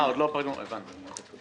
עוד לא פנו, הבנתי.